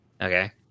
Okay